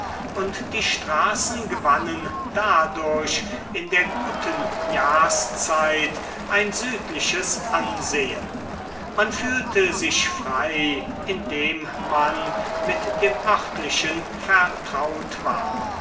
und die straßen gewannen dadurch in der guten jahrszeit ein südliches ansehen man fühlte sich frei indem man mit dem öffentlichen vertraut war